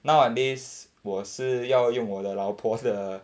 nowadays 我是要用我的老婆的